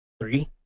Three